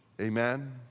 Amen